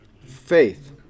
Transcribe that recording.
Faith